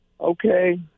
okay